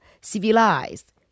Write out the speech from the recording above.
civilized